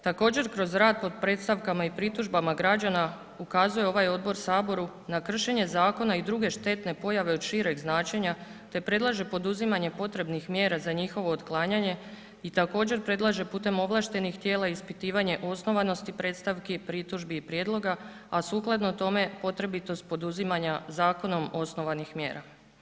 Također kroz rad po predstavkama i pritužbama građana ukazuje ovaj odbor saboru na kršenje zakona i druge štetne pojave od šireg značenja te predlaže poduzimanja potrebnih mjera za njihovo uklanjanje i također predlaže putem ovlaštenih tijela ispitivanje osnovanosti predstavki, pritužbi i prijedloga, a sukladno tome potrebitost poduzimanja zakonom osnovanih mjera.